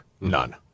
None